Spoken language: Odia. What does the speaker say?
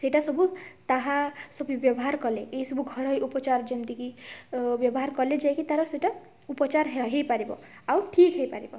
ସେଇଟା ସବୁ ତାହା ସବୁ ବ୍ୟବହାର କଲେ ଏଇ ସବୁ ଘରୋଇ ଉପଚାର ଯେମିତି କି ବ୍ୟବହାର କଲେ ଯାଇକି ତା'ର ସେଇଟା ଉପଚାର ହୋଇପାରିବ ଆଉ ଠିକ୍ ହୋଇପାରିବ